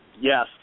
Yes